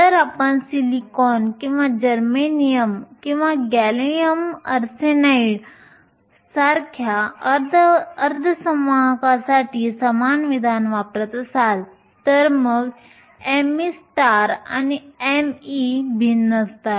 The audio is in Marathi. जर आपण सिलिकॉन किंवा जर्मेनियम किंवा गॅलियम आर्सेनाइड सारख्या अर्धसंवाहकांसाठी समान विधान वापरत असाल तर मग me आणि me भिन्न असतात